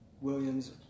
Williams